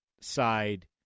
side